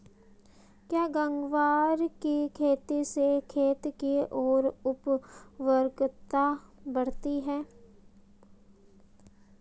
क्या ग्वार की खेती से खेत की ओर उर्वरकता बढ़ती है?